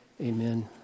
amen